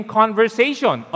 conversation